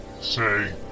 say